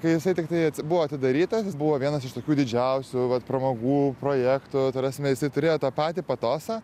kai jisai tiktai buvo atidarytas jis buvo vienas iš tokių didžiausių vat pramogų projektų ta prasme jisai turėjo tą patį patosą